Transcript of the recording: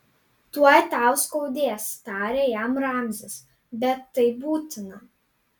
tuoj tau skaudės tarė jam ramzis bet tai būtina